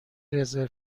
رزرو